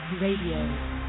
Radio